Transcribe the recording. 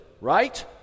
right